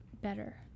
better